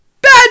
Bad